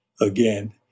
again